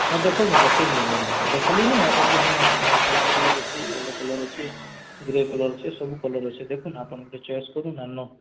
ହଁ ଦେଖଉଛେଁ ଦେଖଉଛେଁ ମ୍ୟାଡ଼ାମ୍ ଦେଖାଲି ଯେ ଆପଣ୍ଙ୍କୁ ହେଲେ ବ୍ଲାକ୍ କଲର୍ ଅଛେ ୟେଲୋ କଲର୍ ଅଛେ ଗ୍ରେ କଲର୍ ଅଛେ ସବୁ କଲର୍ ଅଛେ ଦେଖୁନ୍ ଆପଣ୍ ଗୁଟେ ଚଏସ୍ କରୁନ୍